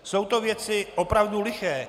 Jsou to věci opravdu liché.